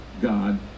god